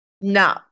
No